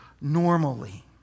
normally